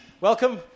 Welcome